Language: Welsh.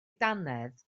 dannedd